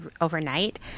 overnight